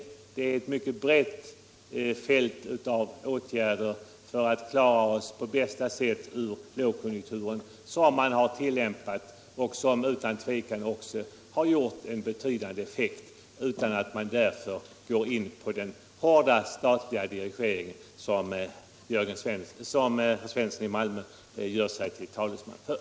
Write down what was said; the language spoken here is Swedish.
Det förekommer ett mycket brett fält av åtgärder för att vi på bästa sätt skall klara oss ut ur lågkonjunkturen, och dessa åtgärder har också haft en betydande effekt utan att man har behövt gå in på den hårda statliga reglering som herr Svensson i Malmö gör sig till talesman för.